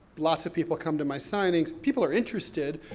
lots of people come to my signings. people are interested,